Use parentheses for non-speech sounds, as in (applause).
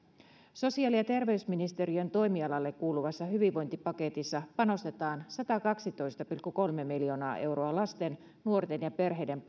sosiaali ja terveysministeriön toimialalle kuuluvassa hyvinvointipaketissa panostetaan satakaksitoista pilkku kolme miljoonaa euroa koronan aiheuttamaan poikkeustilaan lasten nuorten ja perheiden (unintelligible)